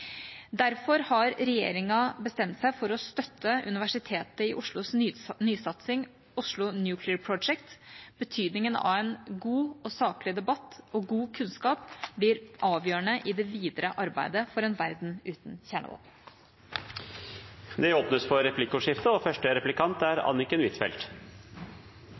Derfor har regjeringa bestemt seg for å støtte Universitetet i Oslos nysatsing: Oslo Nuclear Project. Betydningen av en god og saklig debatt og god kunnskap blir avgjørende i det videre arbeidet for en verden uten kjernevåpen. Det blir replikkordskifte. I innstillinga skriver regjeringspartiet Venstre at det vil kunne «være forenelig med norsk NATO-medlemskap og